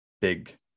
big